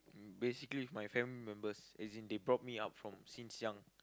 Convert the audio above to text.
basically my family members as in they brought me up from since young